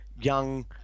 young